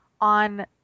On